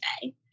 today